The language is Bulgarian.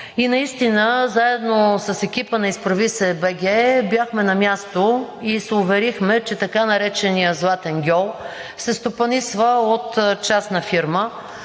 Наистина заедно с екипа на „Изправи се БГ!“ бяхме на място и се уверихме, че така нареченият златен гьол се стопанисва от частна фирма,